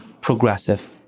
progressive